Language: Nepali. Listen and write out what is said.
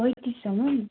पैँतिससम्म